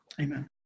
amen